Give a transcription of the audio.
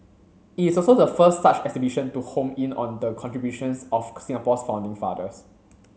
it's also the first such exhibition to home in on the contributions of Singapore's founding fathers